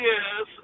Yes